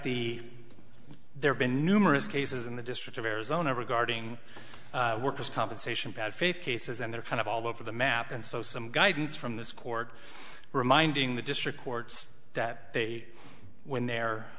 the there's been numerous cases in the district of arizona regarding workers compensation bad faith cases and they're kind of all over the map and so some guidance from this court reminding the district courts that they when they're